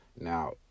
Now